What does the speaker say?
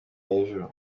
hejuru